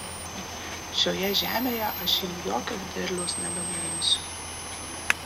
šioje žemėje aš jau jokio derliaus nebenuimsiu